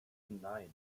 nine